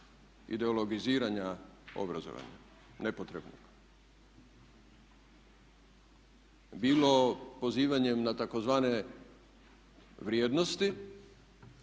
ideologiziranja obrazovanja nepotrebnog. Bilo pozivanjem na tzv. vrijednosti,